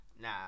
nah